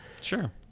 Sure